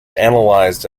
analysed